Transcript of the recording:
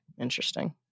Interesting